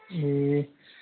ए